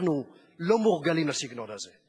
אנחנו לא מורגלים לסגנון הזה,